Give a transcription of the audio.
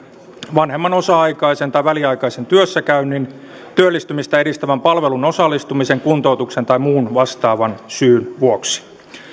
vanhemman osa aikaisen tai väliaikaisen työssäkäynnin työllistymistä edistävään palveluun osallistumisen kuntoutuksen tai muun vastaavan syyn vuoksi